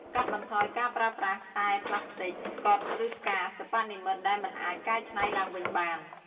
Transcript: កាត់បន្ថយការប្រើប្រាស់ខ្សែប្លាស្ទិក ស្កុត ឬផ្កាសិប្បនិម្មិតដែលមិនអាចកែច្នៃទ្បើងវិញបាន។